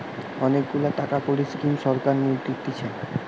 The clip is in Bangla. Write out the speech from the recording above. অনেক গুলা টাকা কড়ির স্কিম সরকার নু দিতেছে